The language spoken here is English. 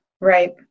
Right